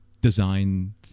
design